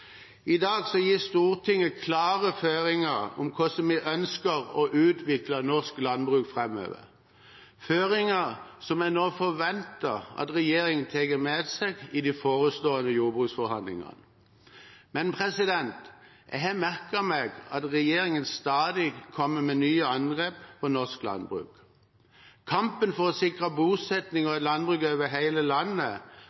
I dag gir Stortinget klare føringer om hvordan vi ønsker å utvikle norsk landbruk framover, føringer som jeg nå forventer at regjeringen tar med seg i de forestående jordbruksforhandlingene. Men jeg har merket meg at regjeringen stadig kommer med nye angrep på norsk landbruk. Kampen for å sikre bosetting og